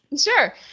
Sure